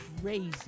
crazy